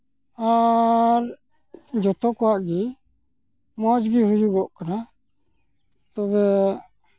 ᱟᱨ ᱡᱚᱛᱚ ᱠᱚᱣᱟᱜ ᱜᱮ ᱢᱚᱡᱽ ᱜᱮ ᱦᱩᱭᱩᱜᱚᱜ ᱠᱟᱱᱟ ᱛᱚᱵᱮ